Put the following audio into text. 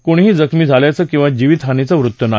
कोणीही जखमी झाल्याचं किवा जीवितहानीचं वृत्त नाही